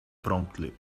promptly